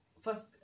first